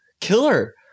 Killer